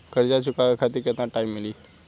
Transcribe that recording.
कर्जा चुकावे खातिर केतना टाइम मिली?